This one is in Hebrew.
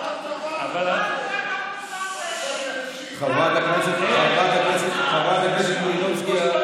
חברת הכנסת מלינובסקי,